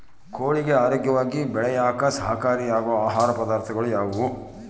ಕೋಳಿಗೆ ಆರೋಗ್ಯವಾಗಿ ಬೆಳೆಯಾಕ ಸಹಕಾರಿಯಾಗೋ ಆಹಾರ ಪದಾರ್ಥಗಳು ಯಾವುವು?